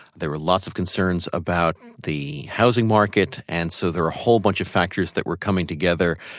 there were lots of concerns about the housing market, and so there are a whole bunch of factors that were coming together.